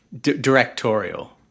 Directorial